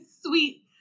sweet